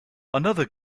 another